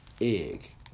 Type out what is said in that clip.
egg